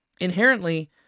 inherently